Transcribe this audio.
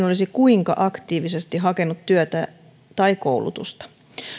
olisi kuinka aktiivisesti hakenut työtä tai koulutusta